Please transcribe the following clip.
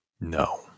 No